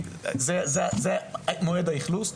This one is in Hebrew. זה מועד האכלוס.